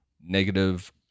negative